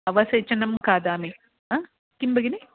अवसेचनं खादामि किं भगिनी